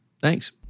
Thanks